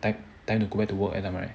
time time to go back to work that time right